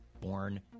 born